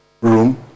room